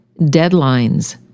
deadlines